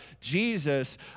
Jesus